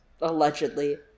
Allegedly